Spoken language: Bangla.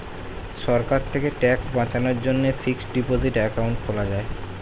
সরকার থেকে ট্যাক্স বাঁচানোর জন্যে ফিক্সড ডিপোসিট অ্যাকাউন্ট খোলা যায়